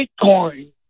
Bitcoin